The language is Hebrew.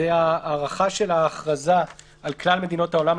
זה ההארכה של ההכרזה על כלל מדינות העולם,